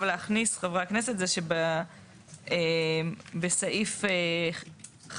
להכניס חברי הכנסת הוא שבסעיף 5(ב)